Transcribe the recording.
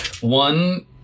one